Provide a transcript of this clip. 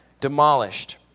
demolished